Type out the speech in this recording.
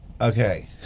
okay